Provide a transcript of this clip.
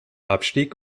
abstieg